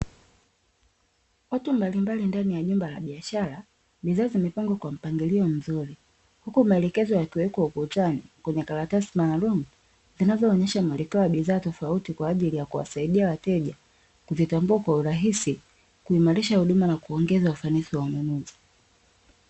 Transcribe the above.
Watu mbalimbali ndani ya jumba la biashara. Bidhaa zimepangwa kwa mpangilio, mzuri huku maelekezo yakiwekwa ukutani kwenye karatasi maalumu zinazoonyesha muelekeo wa bidhaa tofauti kwa ajili ya kuwasaidia wateja kuvitambua kwa urahisi, kuimarisha huduma na kuongeza ufanisi wa wanunuzi.